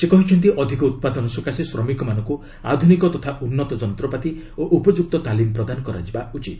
ସେ କହିଛନ୍ତି ଅଧିକ ଉତ୍ପାଦନ ସକାଶେ ଶ୍ରମିକମାନଙ୍କୁ ଆଧୁନିକ ତଥା ଉନ୍ନତ ଯନ୍ତ୍ରପାତି ଓ ଉପଯୁକ୍ତ ତାଲିମ ପ୍ରଦାନ କରାଯିବା ଉଚିତ